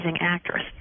actress